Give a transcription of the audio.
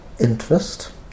interest